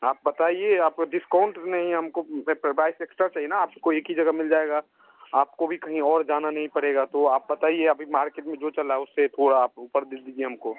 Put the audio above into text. आप बताइए आपको डिसकाॅउंट नहीं हम को पर बाईस एक्स्ट्रा चाहिए ना आपको एक ही जगह मिल जाएगा आपको भी कहीं और जाना नहीं पड़ेगा तो आप बताइए अभी मार्केट में जो चल रहा है उससे थोड़ा आप ऊपर दे दीजिए हम को